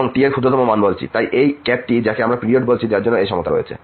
এবং T এর ক্ষুদ্রতম মানবলছি এই T যাকে আমরা পিরিয়ড বলছি যার জন্য এই সমতা রয়েছে